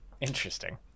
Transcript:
Interesting